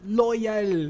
loyal